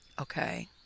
okay